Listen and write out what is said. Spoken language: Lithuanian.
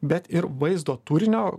bet ir vaizdo turinio